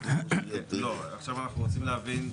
עכשיו אנחנו רוצים להבין,